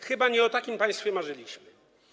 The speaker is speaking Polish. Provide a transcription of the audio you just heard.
Chyba nie o takim państwie marzyliśmy.